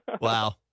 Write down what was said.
Wow